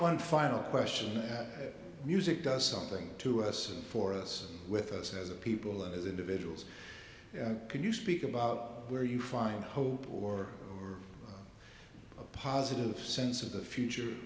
one final question that music does something to us and for us with us as a people as individuals can you speak about where you find hope or over a positive sense of the future